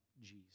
Jesus